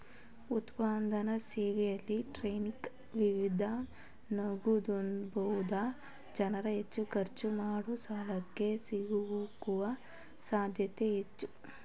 ಉತ್ಪನ್ನದ ಸೇವೆಯಲ್ಲಿ ಕ್ರೆಡಿಟ್ಕಾರ್ಡ್ ವಿರುದ್ಧ ನಗದುಬಳಸುವ ಜನ್ರುಹೆಚ್ಚು ಖರ್ಚು ಮಾಡಿಸಾಲಕ್ಕೆ ಸಿಲುಕುವ ಸಾಧ್ಯತೆ ಹೆಚ್ಚು